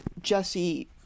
Jesse